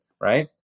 right